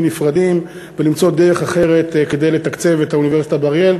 נפרדים ולמצוא דרך לתקצב את האוניברסיטה באריאל.